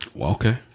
Okay